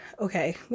okay